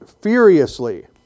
furiously